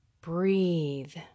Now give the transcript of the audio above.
breathe